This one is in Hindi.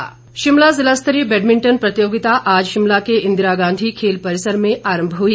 बैडमिंटन शिमला ज़िला स्तरीय बैडमिंटन प्रतियोगिता आज शिमला के इंदिरा गांधी खेल परिसर में आरंभ हुई